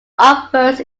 obverse